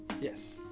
Yes